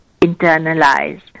internalize